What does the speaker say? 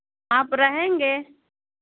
आप रहेंगे